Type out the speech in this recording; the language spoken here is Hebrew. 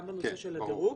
גם בנושא של הדירוג,